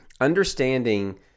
understanding